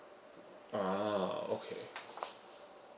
ah okay